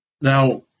Now